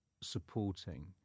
supporting